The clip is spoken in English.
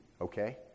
okay